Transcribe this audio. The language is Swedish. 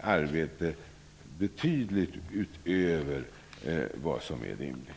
arbete betydligt utöver vad som är rimligt.